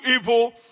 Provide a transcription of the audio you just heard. evil